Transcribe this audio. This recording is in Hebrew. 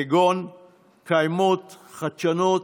כגון קיימות, חדשנות,